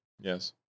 yes